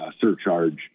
surcharge